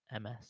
MS